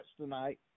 tonight